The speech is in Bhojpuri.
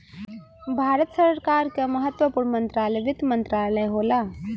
भारत सरकार क महत्वपूर्ण मंत्रालय वित्त मंत्रालय होला